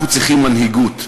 אנחנו צריכים מנהיגות.